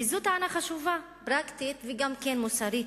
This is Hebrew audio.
וזו טענה חשובה, פרקטית, גם כן מוסרית,